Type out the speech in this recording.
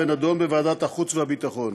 ונדון בוועדת החוץ והביטחון,